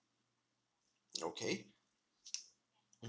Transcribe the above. okay